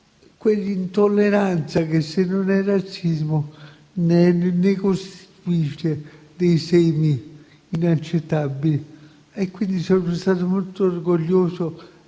quell'intolleranza che, se non è razzismo, ne costituisce segni inaccettabili, quindi sono stato molto orgoglioso